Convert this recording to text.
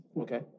okay